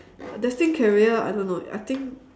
destined career I don't know I think